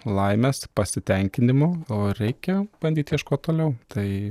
laimės pasitenkinimo o reikia bandyt ieškot toliau tai